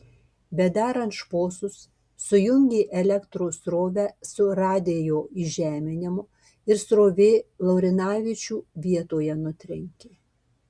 bedarant šposus sujungė elektros srovę su radijo įžeminimu ir srovė laurinavičių vietoje nutrenkė